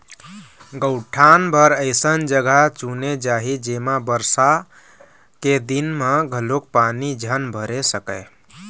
गउठान बर अइसन जघा चुने जाही जेमा बरसा के दिन म घलोक पानी झन भर सकय